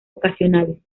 ocasionales